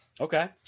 Okay